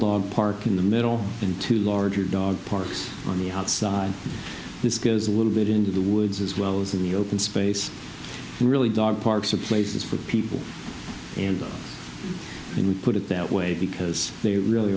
dog park in the middle into larger dog parks on the outside this goes a little bit into the woods as well as in the open space really dog parks are places for people and when we put it that way because they really